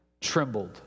trembled